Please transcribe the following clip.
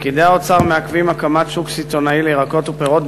פקידי האוצר מעכבים הקמת שוק סיטונאי לירקות ופירות,